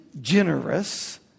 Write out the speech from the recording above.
generous